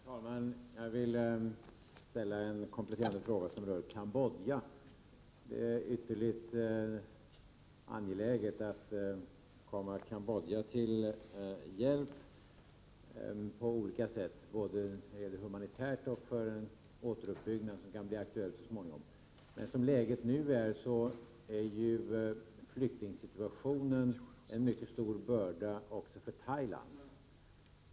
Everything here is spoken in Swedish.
Herr talman! Jag vill ställa en kompletterande fråga som rör Cambodja. Det är ytterligt angeläget att ge Cambodja hjälp på olika sätt, både humanitärt och för en återuppbyggnad som kan bli aktuell så småningom. Som läget är nu är flyktingsituationen en mycket stor börda även för Thailand.